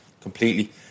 completely